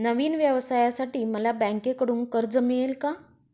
नवीन व्यवसायासाठी मला बँकेकडून कर्ज मिळेल का?